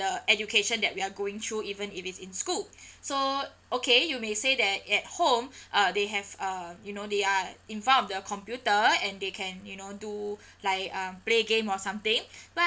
the education that we're going through even if it's in school so okay you may say that at home uh they have uh you know they are in front of the computer and they can you know do like uh play game or something but